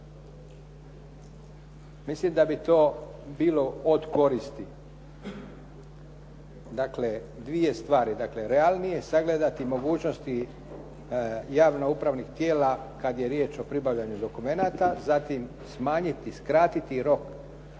Mislim da bi to bilo od koristi. Dakle, dvije stvari. Dakle, realnije sagledati mogućnosti javno-upravnih tijela kad je riječ o pribavljanju dokumenata, zatim smanjiti, skratiti rok